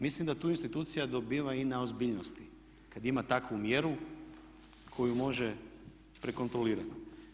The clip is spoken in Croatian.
Mislim da tu institucija dobiva i na ozbiljnosti kada ima takvu mjeru koju može prekontrolirati.